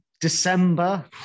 December